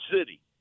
city